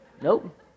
Nope